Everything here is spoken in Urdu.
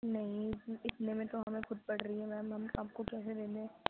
نہیں اتنے میں تو ہمیں خود پڑ رہی ہے میم ہم آپ کو کیسے دے دیں